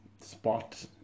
spot